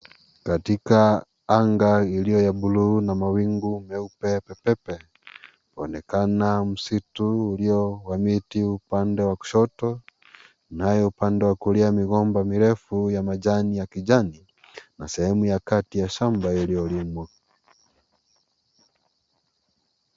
Katika anga iliyo ya buluu na mawingu meupe pepepe, unaonekana msitu ulio na miti upande wa kushoto, naye upande wa kulia migomba mirefu ya majani ya kijani na sehemu ya kati ya shamba iliyolimwa.